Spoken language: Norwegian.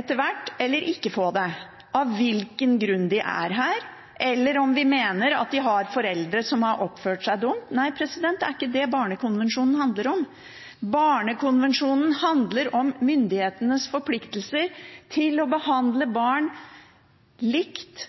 etter hvert, eller om de ikke skal få det, av hvilken grunn de er her, eller om vi mener at de har foreldre som har oppført seg dumt. Nei, det er ikke det barnekonvensjonen handler om. Barnekonvensjonen handler om myndighetenes forpliktelse til å behandle barn likt